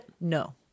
No